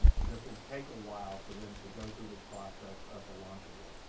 this will take awhile for them to go through this process of the launch abort.